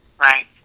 right